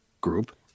group